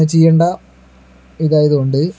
ചെയ്യേണ്ട ഇതായത് കൊണ്ട്